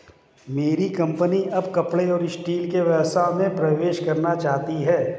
मेरी कंपनी अब कपड़े और स्टील के व्यवसाय में प्रवेश करना चाहती है